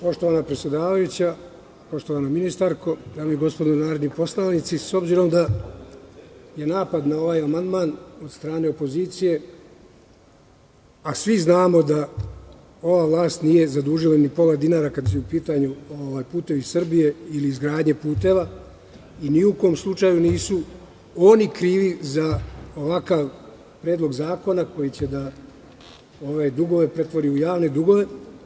Poštovana predsedavajuća, poštovana ministarko, dame i gospodo narodni poslanici, s obzirom da je napad na ovaj amandman od strane opozicije, a svi znamo da ova vlast nije zadužila ni pola dinara, kada su u pitanju "Putevi Srbije" i izgradnja puteva i ni u kom slučaju nisu oni krivi za ovakav Predlog zakona koji će da ove dugove pretvori u javne dugove.